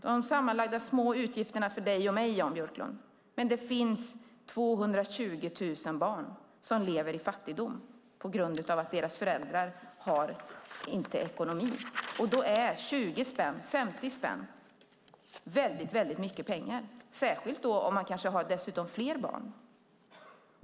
De är små för dig och mig, Jan Björklund, men det finns 220 000 barn som lever i fattigdom på grund av att deras föräldrar inte har ekonomi. Då är 20 spänn eller 50 spänn väldigt mycket pengar, särskilt om man dessutom har flera barn.